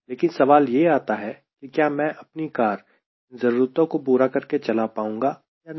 लेकिन सवाल यह आता है कि क्या मैं अपनी कार इन जरूरतों को पूरा करके चला पाऊंगा या नहीं